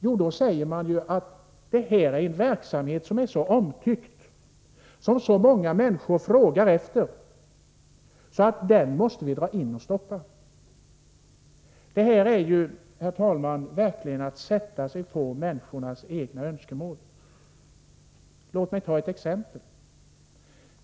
Jo, då säger man att det här är en verksamhet som är så omtyckt och som så många människor frågar efter att den måste dras in och stoppas. Herr talman! Det här är verkligen att sätta sig på människornas egna önskemål. Låt mig ta ett exempel.